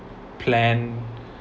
plan